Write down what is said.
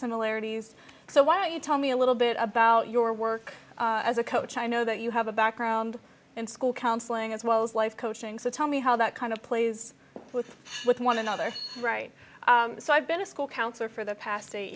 similarities so why you tell me a little bit about your work as a coach i know that you have a background in school counseling as well as life coaching so tell me how that kind of plays with one another right so i've been a school counselor for the past eight